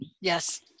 Yes